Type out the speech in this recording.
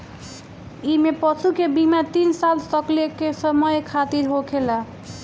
इमें पशु के बीमा तीन साल तकले के समय खातिरा होखेला